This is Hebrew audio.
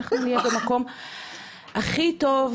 אנחנו נהיה במקום הכי טוב,